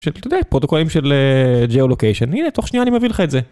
פרוטוקולים של ג'יאו לוקיישן הנה תוך שנייה אני מביא לך את זה.